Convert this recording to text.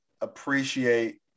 appreciate